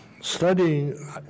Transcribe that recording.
studying